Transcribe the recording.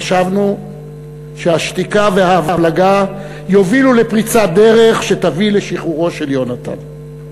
חשבנו שהשתיקה וההבלגה יובילו לפריצת דרך שתביא לשחרורו של יהונתן.